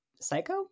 Psycho